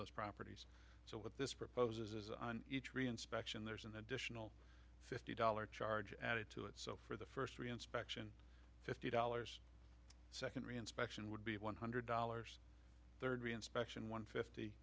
those properties so what this proposes is each reinspection there's an additional fifty dollars charge added to it so for the first three inspection fifty dollars second reinspection would be one hundred dollars third reinspection one fifty